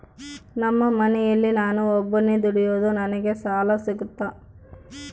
ನಮ್ಮ ಮನೆಯಲ್ಲಿ ನಾನು ಒಬ್ಬನೇ ದುಡಿಯೋದು ನನಗೆ ಸಾಲ ಸಿಗುತ್ತಾ?